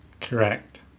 Correct